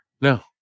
No